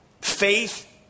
faith